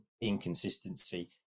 inconsistency